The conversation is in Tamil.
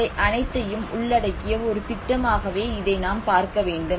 இவை அனைத்தையும் உள்ளடக்கிய ஒரு திட்டமாகவே இதை நாம் பார்க்கவேண்டும்